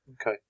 Okay